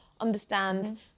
understand